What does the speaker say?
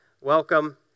welcome